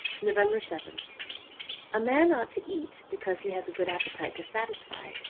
november seventh a man ought to eat because he has a good appetite to satisfy,